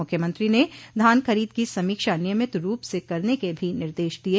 मुख्यमंत्री ने धान खरीद की समीक्षा नियमित रूप से करने के भी निर्देश दिये